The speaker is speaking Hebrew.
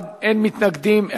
אין מתנגדים.